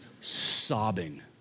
sobbing